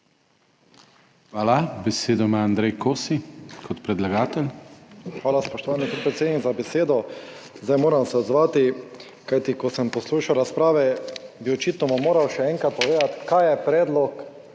Hvala. Besedo ima Andrej Kosi kot predlagatelj. ANDREJ KOSI (PS SDS): Hvala, spoštovani podpredsednik, za besedo. Zdaj moram se odzvati, kajti, ko sem poslušal razprave bi očitno moral še enkrat povedati kaj je predlog